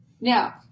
Now